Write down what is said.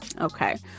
Okay